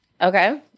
Okay